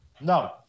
No